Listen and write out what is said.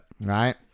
Right